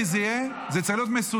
כי זה צריך להיות מסודר.